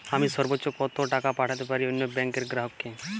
আমি সর্বোচ্চ কতো টাকা পাঠাতে পারি অন্য ব্যাংকের গ্রাহক কে?